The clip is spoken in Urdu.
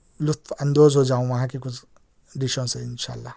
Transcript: لطف اندوز ہو جاؤں وہاں کی کچھ ڈشوں سے انشاء اللہ